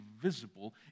visible